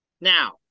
now